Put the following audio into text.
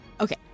Okay